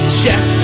check